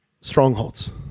strongholds